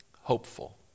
hopeful